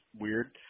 weird